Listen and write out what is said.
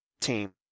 team